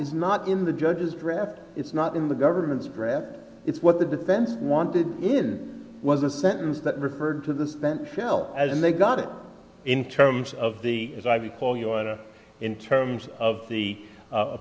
is not in the judge's draft it's not in the government's grant it's what the defense wanted in was a sentence that referred to the spent shell as and they got it in terms of the as i recall your honor in terms of the a